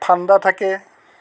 ঠাণ্ডা থাকে